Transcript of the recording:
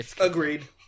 Agreed